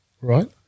right